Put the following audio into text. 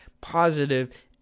positive